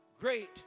great